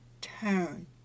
turn